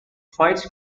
fights